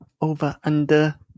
over-under